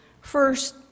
First